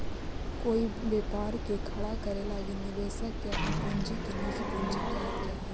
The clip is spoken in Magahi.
कोई व्यापार के खड़ा करे लगी निवेशक के अपन पूंजी के निजी पूंजी कहल जा हई